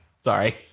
Sorry